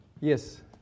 Yes